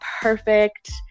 perfect